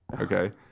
Okay